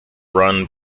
run